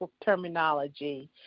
terminology